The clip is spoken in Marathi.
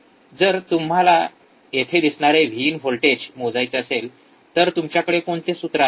जर तुम्हाला येथे दिसणारे व्हिइन व्होल्टेज मोजायचे असेल तर तुमच्याकडे कोणते सूत्र आहे